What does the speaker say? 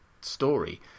story